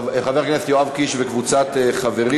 חבר הכנסת יואב קיש וקבוצת חברים.